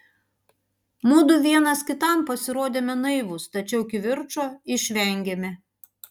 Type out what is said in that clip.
mudu vienas kitam pasirodėme naivūs tačiau kivirčo išvengėme